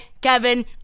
Kevin